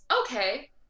okay